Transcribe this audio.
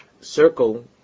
circle